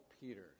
Peter